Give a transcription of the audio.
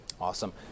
Awesome